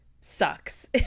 sucks